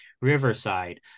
Riverside